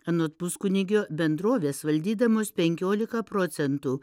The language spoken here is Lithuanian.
anot puskunigio bendrovės valdydamos penkiolika procentų